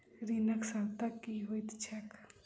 ऋणक शर्त की होइत छैक?